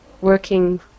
working